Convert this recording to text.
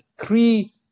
three